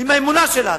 עם האמונה שלנו,